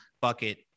bucket